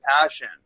passion